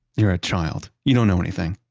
you're a child. you don't know anything.